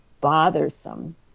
bothersome